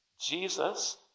Jesus